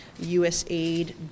USAID